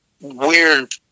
weird